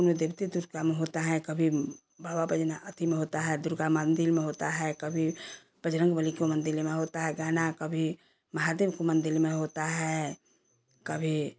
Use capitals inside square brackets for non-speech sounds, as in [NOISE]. उनुन [UNINTELLIGIBLE] होता है कभी भव बहिन अथी में होता है दुर्गा मंदिर में होता है कभी बजरंग बली के मंदिर में होता है गाना कभी महादेव के मंदिर में होता है कभी